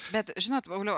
bet žinot pauliau